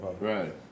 Right